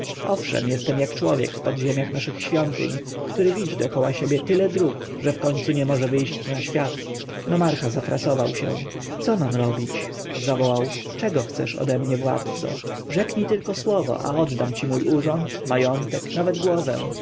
owszem jestem jak człowiek w podziemiach naszych świątyń który widzi dokoła siebie tyle dróg że wkońcu nie może wyjść na świat nomarcha zafrasował się co mam robić zawołał czego chcesz ode mnie władco rzeknij tylko słowo a oddam ci mój urząd majątek nawet głowę